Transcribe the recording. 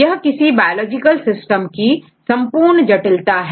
यह किसी biological system की संपूर्ण जटिलता है